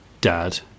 Dad